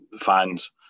fans